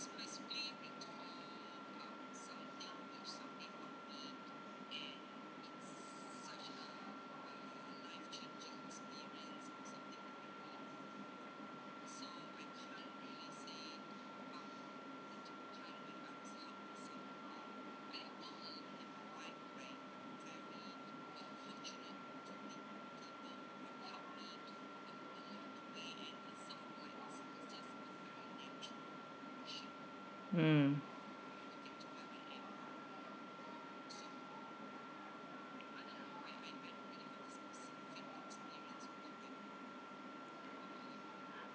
mm